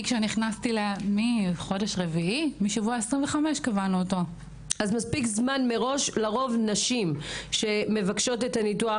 משבוע 25. נשים שמבקשות את הניתוח